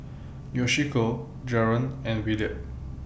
Yoshiko Jaren and Williard